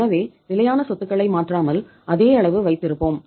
எனவே நிலையான சொத்துக்களை மாற்றாமல் அதே அளவு வைத்திருப்போம்